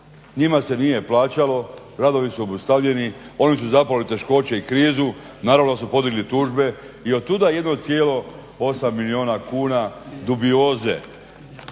Njima se nije plaćalo, radovi su obustavljeni, oni su zapali u teškoće i krizu. Naravno da su podigli tužbe i od tuda 1,8 milijuna kuna dubioze.